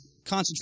concentrate